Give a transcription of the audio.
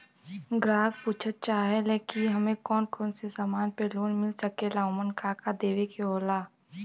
ग्राहक पुछत चाहे ले की हमे कौन कोन से समान पे लोन मील सकेला ओमन का का देवे के होला?